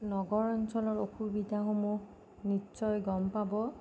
নগৰ অঞ্চলৰ অসুবিধাসমূহ নিশ্চয় গম পাব